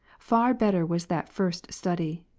far better was that first study.